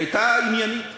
היא הייתה עניינית.